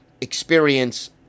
experience